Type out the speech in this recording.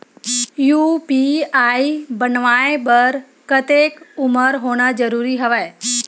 UPI बनवाय बर कतेक उमर होना जरूरी हवय?